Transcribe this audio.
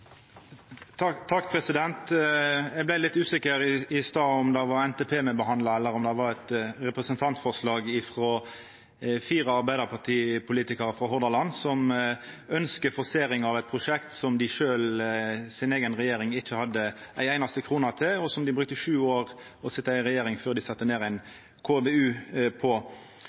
litt usikker i stad, om det var NTP me behandla, eller om det var eit representantforslag frå fire Arbeidarparti-politikarar frå Hordaland, som ønskjer forsering av eit prosjekt som deira eiga regjering ikkje hadde ei einaste krone til, og dei sat sju år i regjering før dei sette i gang ei KVU.